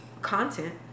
content